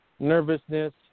nervousness